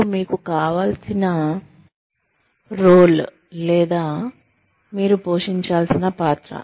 మరియు మీకు కావాల్సిన రోల్ లేదా మీరు పోషించాల్సిన పాత్ర